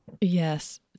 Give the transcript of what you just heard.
Yes